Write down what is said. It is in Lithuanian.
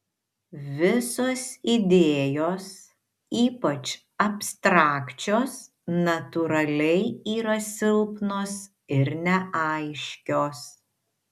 visos idėjos ypač abstrakčios natūraliai yra silpnos ir neaiškios